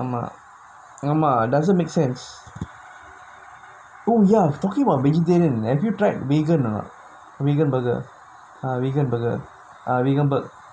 ஆமா ஆமா:aamaa aamaa doesn't make sense oh ya talking about vegetarian have you tried vegan not vegan burger ah vegan burger